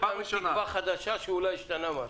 בכל בוקר אני קם עם תקווה חדשה שאולי השתנה משהו.